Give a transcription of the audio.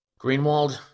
Greenwald